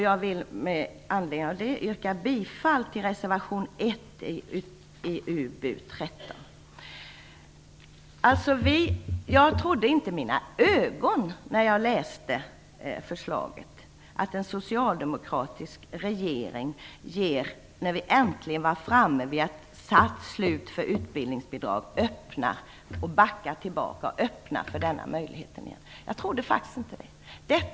Jag vill i anslutning till det yrka bifall till reservation 1 vid betänkandet UbU13. Jag trodde inte mina ögon när jag läste förslaget att en socialdemokratisk regering när vi äntligen var framme vid att avskaffa utbildningsbidrag backar och återigen öppnar för denna möjlighet. Jag trodde faktiskt inte det.